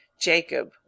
Jacob